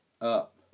up